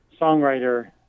songwriter